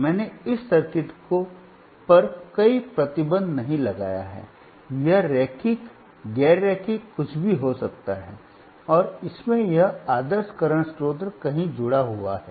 मैंने इस सर्किट पर कोई प्रतिबंध नहीं लगाया है यह रैखिक गैर रैखिक कुछ भी हो सकता है और इसमें यह आदर्श करंट स्रोत कहीं जुड़ा हुआ है